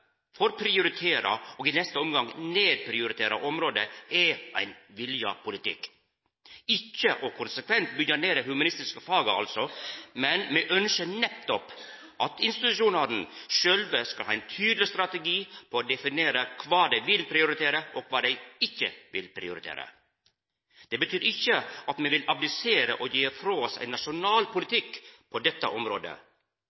prioritera og, i neste omgang, nedprioritera område, er ein vilja politikk. Ikkje konsekvent byggja ned dei humanistiske faga, men me ønskjer nettopp at institusjonane sjølve skal ha ein tydeleg strategi for å definera kva dei vil prioritera, og kva dei ikkje vil prioritera. Det betyr ikkje at me vil abdisera og gje frå oss ein nasjonal